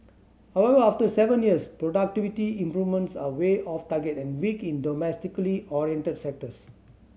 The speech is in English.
however after seven years productivity improvements are way off target and weak in domestically oriented sectors